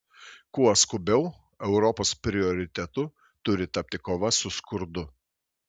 kuo skubiau europos prioritetu turi tapti kova su skurdu